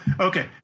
okay